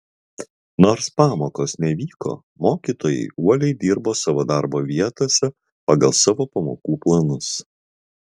nors pamokos nevyko mokytojai uoliai dirbo savo darbo vietose pagal savo pamokų planus